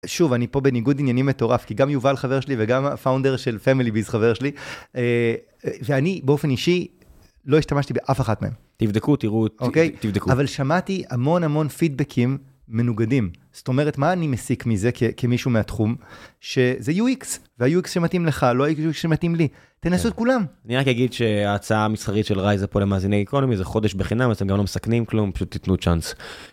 שוב אני פה בניגוד עניינים מטורף כי גם יובל חבר שלי וגם פאונדר של פמילי ביז חבר שלי ואני באופן אישי לא השתמשתי באף אחת מהם. תבדקו תראו אוקיי אבל שמעתי המון המון פידבקים מנוגדים זאת אומרת מה אני מסיק מזה כמישהו מהתחום שזה UX וה UX שמתאים לך לא UX שמתאים לי תנסו את כולם. אני רק אגיד שההצעה המסחרית של ריי זה פה למאזיני איקרונומי זה חודש בחינם אתם גם לא מסכנים כלום פשוט תתנו צ'אנס.